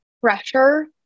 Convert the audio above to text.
pressure